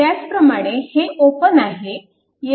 त्याचप्रमाणे हे ओपन आहे